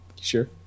Sure